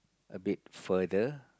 a bit further